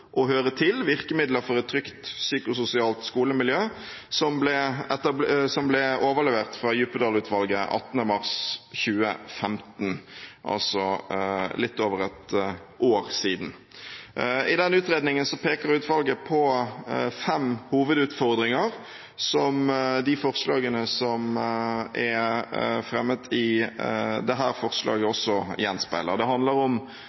Å høre til – Virkemidler for et trygt psykososialt skolemiljø, som ble overlevert fra Djupedal-utvalget 18. mars 2015, altså for litt over et år siden. I den utredningen peker utvalget på fem hovedutfordringer, som de forslagene som er fremmet i dette forslaget, også gjenspeiler. Det handler om